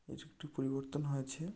এর একটু পরিবর্তন হয়েছে